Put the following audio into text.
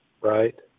right